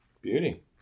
Beauty